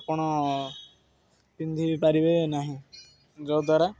ଆପଣ ପିନ୍ଧିବି ପାରିବେ ନାହିଁ ଯଦ୍ୱାରା